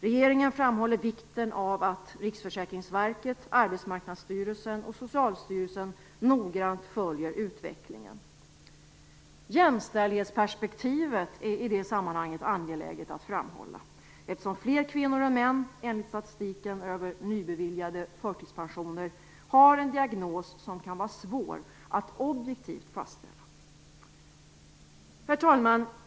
Regeringen framhåller vikten av att Riksförsäkringsverket, Arbetsmarknadsstyrelsen och Socialstyrelsen noggrant följer utvecklingen. Jämställdhetsperspektivet är i det sammanhanget angeläget att framhålla, eftersom fler kvinnor än män enligt statistiken över nybeviljade förtidspensioner har en diagnos som kan vara svår att objektivt fastställa. Herr talman!